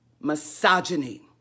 misogyny